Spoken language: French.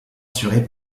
assurée